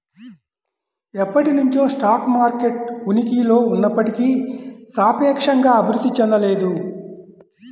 ఎప్పటినుంచో stock market ఉనికిలో ఉన్నప్పటికీ సాపేక్షంగా అభివృద్ధి చెందలేదు